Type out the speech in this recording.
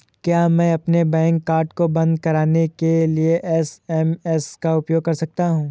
क्या मैं अपने कार्ड को बंद कराने के लिए एस.एम.एस का उपयोग कर सकता हूँ?